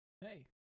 Hey